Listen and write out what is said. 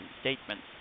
statements